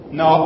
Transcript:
no